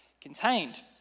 contained